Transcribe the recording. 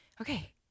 okay